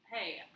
hey